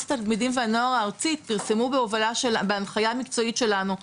התלמידים והנוער הארצית פרסמו בהנחיה מקצועית שלנו,